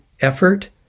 effort